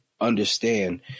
understand